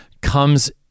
comes